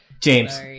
James